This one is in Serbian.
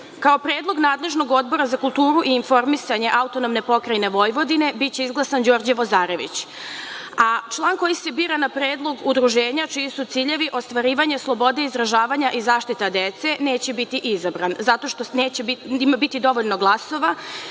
predlog nadležnog Odbora za kulturu i informisanje AP Vojvodine biće izglasan Đorđe Vozarević. Član koji se bira na predlog Udruženja čiji su ciljevi ostvarivanje slobode izražavanja i zaštita dece neće biti izabran, zato što neće imati dovoljno glasova